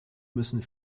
müssen